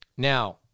Now